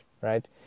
right